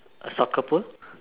a soccer boots